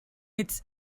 its